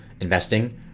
investing